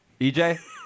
EJ